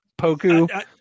Poku